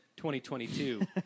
2022